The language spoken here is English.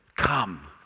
come